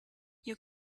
you